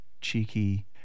cheeky